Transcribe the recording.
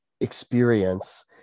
experience